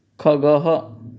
खगः